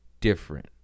different